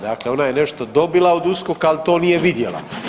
Dakle, ona je nešto dobila od USKOK-a, ali to nije vidjela.